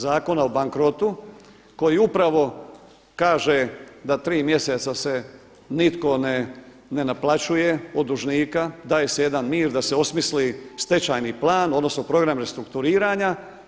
Zakona o bankrotu koji upravo kaže da tri mjeseca se nitko ne naplaćuje od dužnika, daje se jedan mir da se osmisli stečajni plan, odnosno program restrukturiranja.